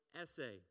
essay